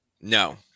No